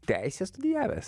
teisę studijavęs